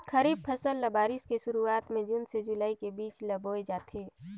खरीफ फसल ल बारिश के शुरुआत में जून से जुलाई के बीच ल बोए जाथे